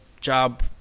job